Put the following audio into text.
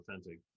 authentic